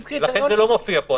לכן זה לא מופיע פה.